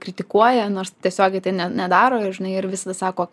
kritikuoja nors tiesiogiai tai ne nedaro ir žinai ir visada sako